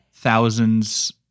Thousands